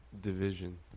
division